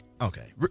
okay